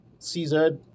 CZ